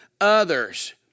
others